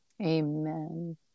amen